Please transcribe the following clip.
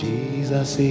Jesus